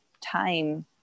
time